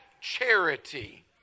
charity